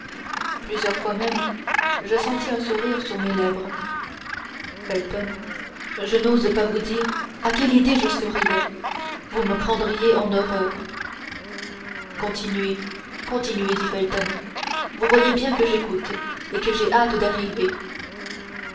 plusieurs fois même je sentis un sourire sur mes lèvres felton je n'ose pas vous dire à quelle idée je souriais vous me prendriez en horreur continuez continuez dit felton vous voyez bien que j'écoute et que j'ai hâte d'arriver